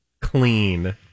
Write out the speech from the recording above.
clean